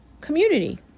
community